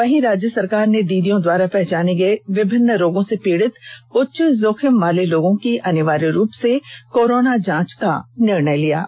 वहीं राज्य सरकार ने दीदियों द्वारा पहचाने गए विभिन्न रोगों से पीड़ित उच्च जोखिम वाले लोगों की अनिवार्य रूप से कोरोना जांच का निर्णय लिया है